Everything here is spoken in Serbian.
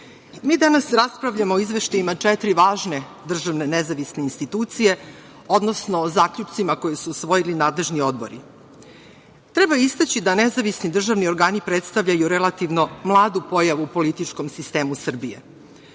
mi danas raspravljamo o izveštajima četiri važne državne nezavisne institucije, odnosno o zaključcima koje su usvojili nadležni odbori. Treba istaći da nezavisni državni organi predstavljaju relativno mladu pojavu u političkom sistemu Srbije.